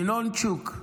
ינונצ'וק.